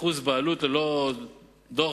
אחוז בעלות וללא דוח,